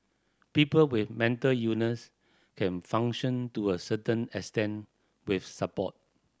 people with mental illness can function to a certain extent with support